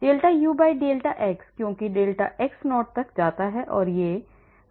delta udelta x क्योंकि delta x ० तक जाता है यह du dx होगा